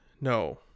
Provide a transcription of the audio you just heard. no